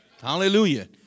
Hallelujah